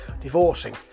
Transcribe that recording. divorcing